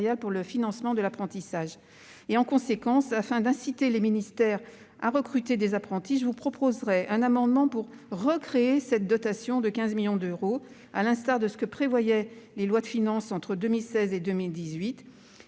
pour le financement de l'apprentissage. Afin d'inciter les ministères à recruter des apprentis, je vous proposerai un amendement visant à recréer cette dotation de 15 millions d'euros, à l'instar de ce que prévoyaient les lois de finances entre 2016 et 2018.